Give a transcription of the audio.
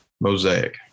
Mosaic